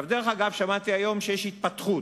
דרך אגב, שמעתי היום שיש התפתחות,